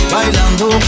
Bailando